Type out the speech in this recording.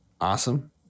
awesome